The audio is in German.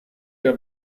der